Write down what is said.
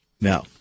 Now